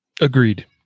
Agreed